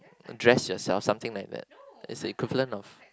dress yourself something like that is the equivalent of